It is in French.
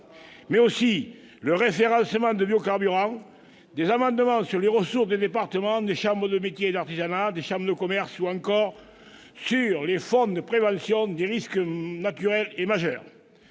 mais aussi le référencement de biocarburants, des amendements sur les ressources des départements, des chambres de métiers et de l'artisanat, des chambres de commerce ou encore sur le Fonds de prévention des risques naturels et majeurs.